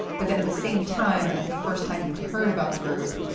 but then at the same time, the first time you heard about the group,